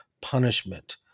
punishment